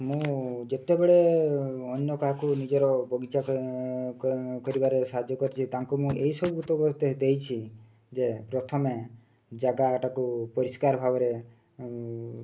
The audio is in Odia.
ମୁଁ ଯେତେବେଳେ ଅନ୍ୟ କାହାକୁ ନିଜର ବଗିଚା କରିବାରେ ସାହାଯ୍ୟ କରିଛି ତାଙ୍କୁ ମୁଁ ଏଇସବୁ ଦେଇଛି ଯେ ପ୍ରଥମେ ଜାଗାଟାକୁ ପରିଷ୍କାର ଭାବରେ